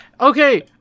okay